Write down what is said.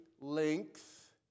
length